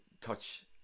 touch